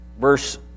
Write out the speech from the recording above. verse